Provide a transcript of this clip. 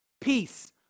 peace